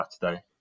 Saturday